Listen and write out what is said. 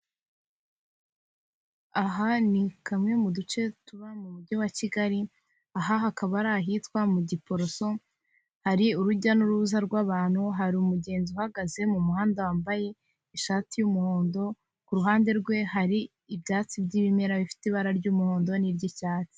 Aha ni kamwe mu duce tuba mu mujyi wa Kigali, aha hakaba ari ahitwa mu Giporoso hari urujya n'uruza rw'abantu, hari umugenzi uhagaze mu muhanda wambaye ishati y'umuhondo, kuruhande rwe hari ibyatsi by'ibimera bifite ibara ry'umuhondo n'iry'icyatsi.